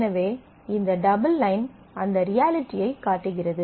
எனவே இந்த double line அந்த ரியாலிட்டியைக் காட்டுகிறது